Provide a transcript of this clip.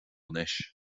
anois